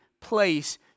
place